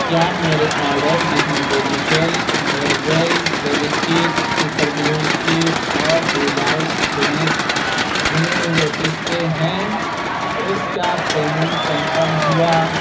کیا میرے آرڈر جس میں ویجیٹل ہیئر ویل Fevi stick super glue stick اور ڈیلائیٹ ڈنیس بھنے ہوئے پستے ہیں اس کا پیمنٹ کنفرم ہوا